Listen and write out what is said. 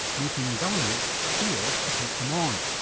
making governments fear to take them on.